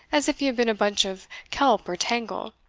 as if he had been a bunch of kelp or tangle,